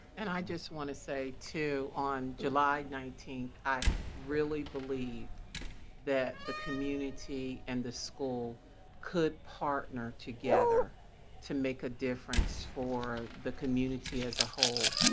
and i just want to say, too, on july nineteenth, i really believed that the community and the school could partner together to make a difference for the community as a whole,